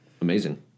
Amazing